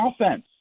offense